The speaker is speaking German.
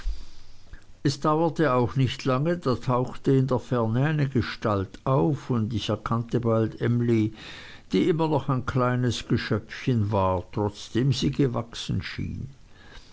es dauerte auch nicht lange da tauchte in der ferne eine gestalt auf und ich erkannte bald emly die immer noch ein kleines geschöpfchen war trotzdem sie gewachsen schien